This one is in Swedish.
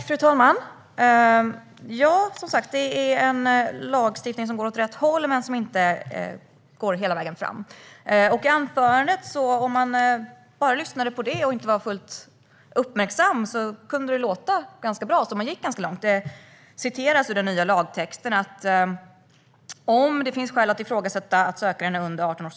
Fru talman! Detta är som sagt en lagstiftning som går åt rätt håll men inte når hela vägen fram. Om man bara lyssnade på Yilmaz Kerimos anförande och inte var fullt uppmärksam kunde man tycka att det lät ganska bra och som att regeringen går ganska långt. Kerimo tog upp att det i den nya lagtexten står att en åldersbedömning ska göras om det finns skäl att ifrågasätta att sökanden är under 18 år.